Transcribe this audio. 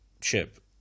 ship